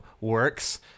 works